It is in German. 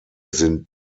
sind